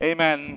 Amen